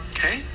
Okay